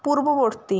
পূর্ববর্তী